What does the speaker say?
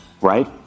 right